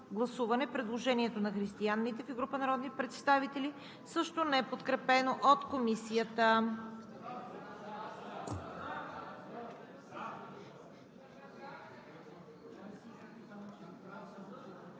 предложението на Христиан Митев и група народни представители, също неподкрепено от Комисията.